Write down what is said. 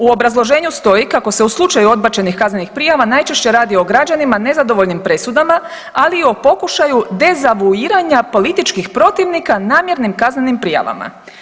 U obrazloženju stoji kako se u slučaju odbačenih kaznenih prijava najčešće radi o građanima nezadovoljnim presudama, ali i o pokušaju dezavuiranja političkih protivnika namjernim kaznenim prijavama.